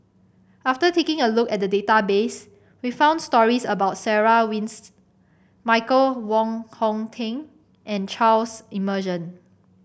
after taking a look at the database we found stories about Sarah Winstedt Michael Wong Hong Teng and Charles Emmerson